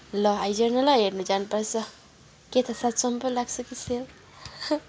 ल आइज न ल हेर्न जानुपर्छ के थाहा सात सौमा पो लाग्छ कि सेल